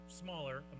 smaller